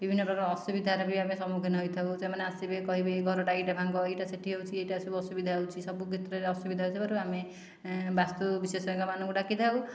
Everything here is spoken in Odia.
ବିଭିନ୍ନ ପ୍ରକାର ଅସୁବିଧାର ବି ଆମେ ସମ୍ମୁଖୀନ ହୋଇଥାଉ ସେମାନେ ଆସିବେ କହିବେ ଏ ଘରଟା ଏଇଟା ଭାଙ୍ଗ ଏଇଟା ସେଠି ହେଉଛି ଏଇଟା ସବୁ ଅସୁବିଧା ହେଉଛି ସବୁ କ୍ଷେତ୍ରରେ ଅସୁବିଧା ହୋଇଥିବାରୁ ଆମେ ବାସ୍ତୁ ବିଶେଷଜ୍ଞମାନଙ୍କୁ ଡାକିଥାଉ